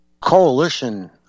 coalition